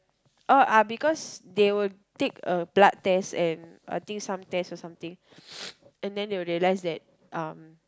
oh ah because they will take a blood test and I think some test or something and they will realise that um